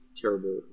terrible